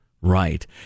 Right